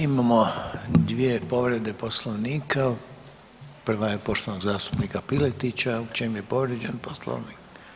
Imamo dvije povrede Poslovnika, prva je poštovanog zastupnika Piletića, u čem je povrijeđen Poslovnik?